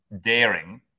daring